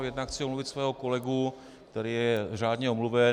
Jednak chci omluvit svého kolegu, který je řádně omluven.